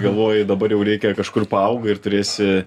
galvoji dabar jau reikia kažkur paaugai ir turėsi